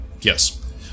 Yes